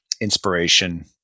inspiration